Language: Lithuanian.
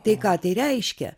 tai ką tai reiškia